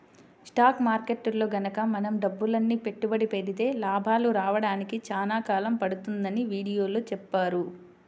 stock మార్కెట్టులో గనక మనం డబ్బులని పెట్టుబడి పెడితే లాభాలు రాడానికి చాలా కాలం పడుతుందని వీడియోలో చెప్పారు